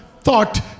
thought